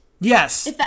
Yes